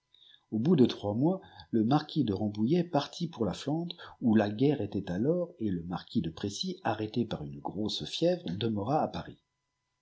au bout de trois mois le marquise rambouillet partit pour la flandre où la guerre était alors et le marquis de précy arrêté par une grosse nèvre demeura à paris